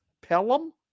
Pelham